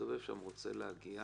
שמסתובב שם רוצה להגיע.